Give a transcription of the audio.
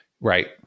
Right